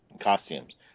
costumes